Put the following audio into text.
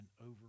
over